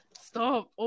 Stop